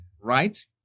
right